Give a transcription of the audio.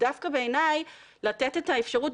ודווקא בעיני לתת את האפשרות,